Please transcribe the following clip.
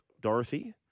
Dorothy